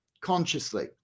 consciously